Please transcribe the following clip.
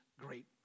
great